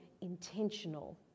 intentional